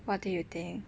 what do you think